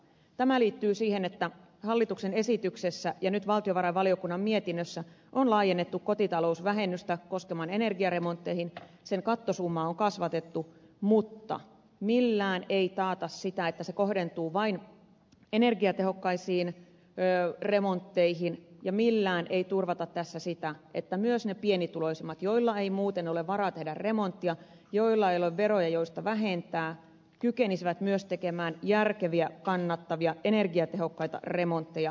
tämä liittyy siihen että hallituksen esityksessä ja nyt valtiovarainvaliokunnan mietinnössä on laajennettu kotitalousvähennystä koskemaan energiaremontteja sen kattosummaa on kasvatettu mutta millään ei taata sitä että se kohdentuu vain energiatehokkaisiin remontteihin ja millään ei turvata tässä sitä että myös ne pienituloisimmat joilla ei muuten ole varaa tehdä remonttia joilla ei ole veroja joista vähentää kykenisivät tekemään järkeviä kannattavia energiatehokkaita remontteja